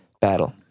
battle